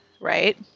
Right